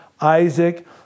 Isaac